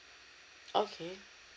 okay